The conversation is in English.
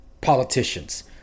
politicians